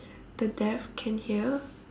the deaf can hear